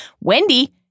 Wendy